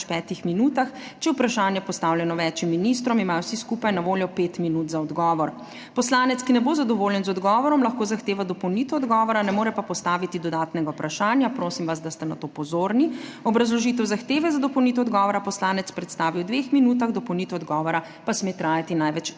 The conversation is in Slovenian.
petih minutah. Če je vprašanje postavljeno več ministrom, imajo vsi skupaj na voljo pet minut za odgovor. Poslanec, ki ne bo zadovoljen z odgovorom, lahko zahteva dopolnitev odgovora, ne more pa postaviti dodatnega vprašanja. Prosim vas, da ste na to pozorni. Obrazložitev zahteve za dopolnitev odgovora poslanec predstavi v dveh minutah, dopolnitev odgovora pa sme trajati največ